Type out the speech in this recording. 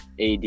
AD